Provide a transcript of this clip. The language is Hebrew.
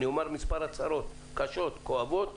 אומר מספר הצהרות קשות וכואבות,